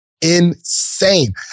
insane